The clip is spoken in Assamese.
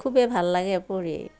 খুবেই ভাল লাগে পঢ়ি